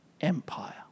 Empire